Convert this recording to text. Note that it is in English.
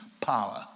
power